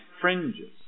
fringes